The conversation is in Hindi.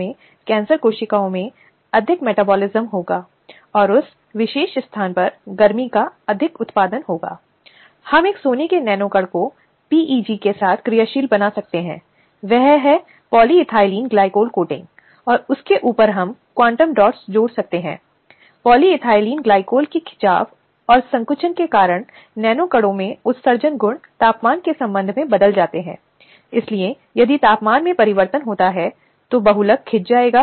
स्लाइड समय देखें 2401 अब मामले में आगे बढ़ने के लिए जो बहुत महत्वपूर्ण है पहले उसे आवश्यक कार्रवाई शुरू करनी चाहिए अब इस कार्रवाई को शिकायत के तीन महीने के भीतर शुरू किया जाना है इसलिए यह वही है तथ्यों का महत्व जो तत्काल रिपोर्टिंग जैसे ही उत्पीड़न का एक उदाहरण है तुरंत मामले की रिपोर्टिंग होनी चाहिए और अधिनियम यह कहता है कि उत्पीड़न के कार्य के 3 महीने के भीतर यह होना चाहिए कि रिपोर्टिंग की जानी चाहिए